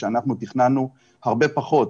כשאנחנו תכננו הרבה פחות.